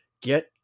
get